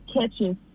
catches